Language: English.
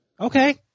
Okay